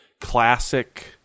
classic